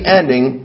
ending